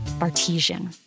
Artesian